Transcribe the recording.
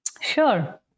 Sure